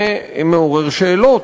זה מעורר שאלות: